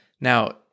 Now